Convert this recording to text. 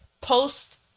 post